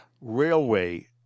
Railway